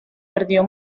perdió